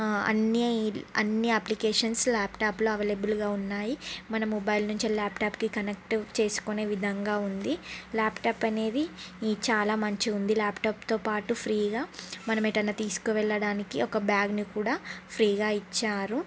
అన్నీ అన్నీ అప్లికేషన్స్ ల్యాప్టాప్లో అవైలబుల్గా ఉన్నాయి మన మొబైల్ నుండే ల్యాప్టాప్కి కనెక్ట్ చేసుకునే విధంగా ఉంది ల్యాప్టాప్ అనేది ఈ చాలా మంచిగా ఉంది ల్యాప్టాప్తో పాటు ఫ్రీగా మనము ఎటైనా తీసుకువెళ్ళడానికి ఒక బ్యాగ్ని కూడా ఫ్రీగా ఇచ్చారు